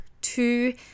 two